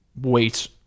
wait